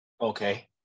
okay